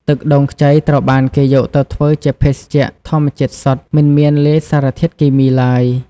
ទឹកដូងខ្ចីត្រូវបានគេយកទៅធ្វើជាភេសជ្ជៈធម្មជាតិសុទ្ធ មិនមានលាយសារធាតុគីមីឡើយ។